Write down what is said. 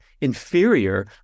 inferior